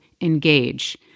engage